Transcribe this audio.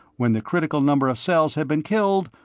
when the critical number of cells had been killed,